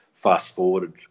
fast-forwarded